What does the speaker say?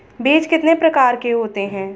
बीज कितने प्रकार के होते हैं?